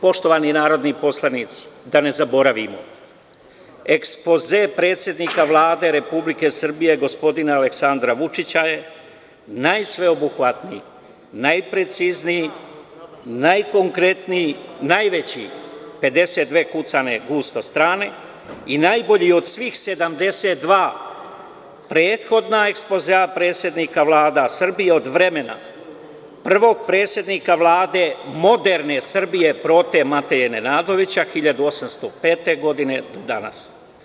Poštovani narodni poslanici, da ne zaboravimo, ekspoze predsednika Vlade Republike Srbije, gospodina Aleksandra Vučića je najsveobuhvatniji, najprecizniji, najkonkretniji, najveći, 52 kucane gusto strane i najbolji od svih 72 prethodna ekspozea predsednika Vlada Srbije, od vremena prvog predsednika Vlade moderne Srbije Prote Mateje Nenadovića, 1805. godine do danas.